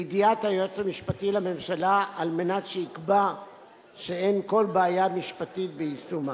לידיעת היועץ המשפטי לממשלה על מנת שיקבע שאין כל בעיה משפטית ביישומה.